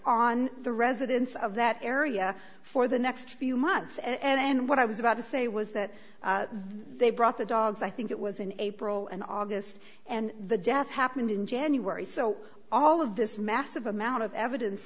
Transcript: on the residents of that area for the next few months and what i was about to say was that they brought the dogs i think it was in april and august and the death happened in january so all of this massive amount of evidence